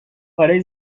کارای